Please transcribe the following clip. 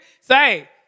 Say